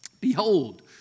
behold